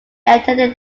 attended